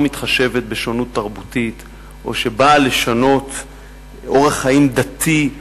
מתחשבת בשונות תרבותית או שבאה לשנות אורח חיים דתי,